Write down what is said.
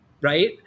right